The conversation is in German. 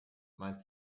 mein